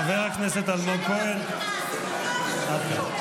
חבר הכנסת אלמוג כהן, עד כאן.